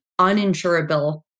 uninsurable